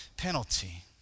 penalty